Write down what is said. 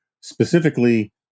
specifically